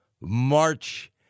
march